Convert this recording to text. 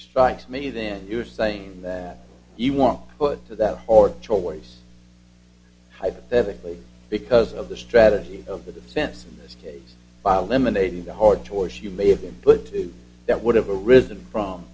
strikes me then you are sane that you want put to that or choice hypothetically because of the strategy of the defense in this case by a lemonade the hard choice you may have been put to that would have arisen from